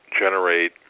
generate